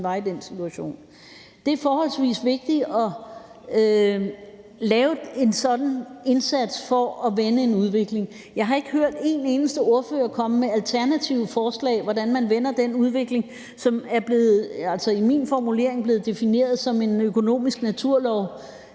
opnå den situation. Det er forholdsvis vigtigt at lave en sådan indsats for at vende en udvikling. Jeg har ikke hørt en eneste ordfører komme med alternative forslag til, hvordan man vender den udvikling, som er blevet defineret som en økonomisk naturlov,